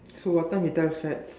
so what time we